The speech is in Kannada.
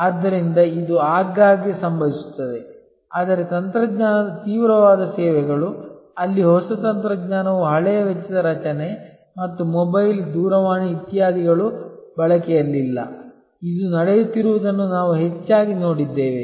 ಆದ್ದರಿಂದ ಇದು ಆಗಾಗ್ಗೆ ಸಂಭವಿಸುತ್ತದೆ ಆದರೆ ತಂತ್ರಜ್ಞಾನದ ತೀವ್ರವಾದ ಸೇವೆಗಳು ಅಲ್ಲಿ ಹೊಸ ತಂತ್ರಜ್ಞಾನವು ಹಳೆಯ ವೆಚ್ಚದ ರಚನೆ ಮತ್ತು ಮೊಬೈಲ್ ದೂರವಾಣಿ ಇತ್ಯಾದಿಗಳನ್ನು ಬಳಕೆಯಲ್ಲಿಲ್ಲ ಇದು ನಡೆಯುತ್ತಿರುವುದನ್ನು ನಾವು ಹೆಚ್ಚಾಗಿ ನೋಡಿದ್ದೇವೆ